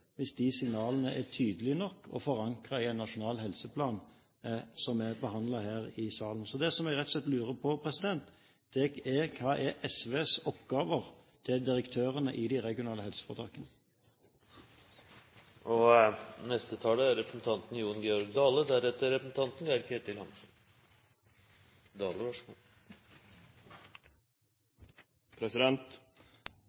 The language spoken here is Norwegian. hvis de signalene er tydelige nok og forankret i en nasjonal helseplan, som er behandlet her i salen. Det som jeg rett og slett lurer på, er: Hva er SVs oppgaver til direktørene i de regionale helseforetakene? Etter å ha høyrt innlegget til representanten Asphjell kan ein vel kanskje oppsummere debatten slik at mens Arbeidarpartiet gjerne vil ha sjukehusdirektørar der ute, føretrekkjer Framstegspartiet sjukehuslegar. Og det er